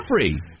Jeffrey